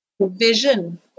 vision